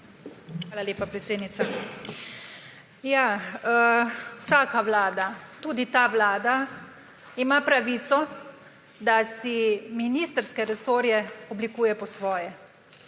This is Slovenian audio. Hvala lepa, predsednica. Vsaka vlada, tudi ta vlada ima pravico, da si ministrske resorje oblikuje po svoje.